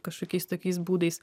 kažkokiais tokiais būdais